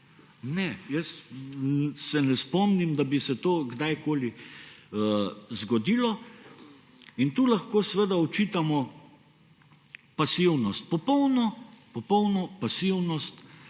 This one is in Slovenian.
Ne, jaz se ne spomnim, da bi se to kadarkoli zgodilo. Tu lahko seveda očitamo pasivnost, popolno pasivnost